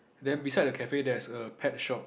then beside the cafe there's a pet shop